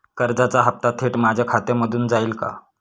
कर्जाचा हप्ता थेट माझ्या खात्यामधून जाईल का?